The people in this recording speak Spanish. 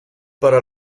para